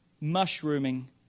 mushrooming